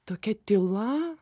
tokia tyla